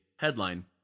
headline